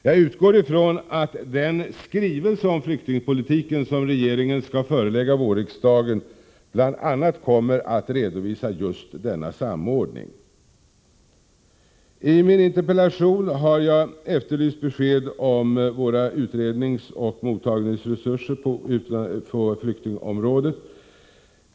Jag utgår ifrån att den skrivelse om flyktingpolitiken som regeringen skall förelägga vårriksdagen bl.a. kommer att redovisa just denna samordning. I min interpellation har jag efterlyst besked om våra utredningsoch mottagningsresurser på flyktingområdet.